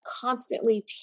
constantly